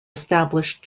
established